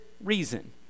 reason